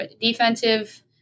defensive